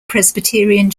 presbyterian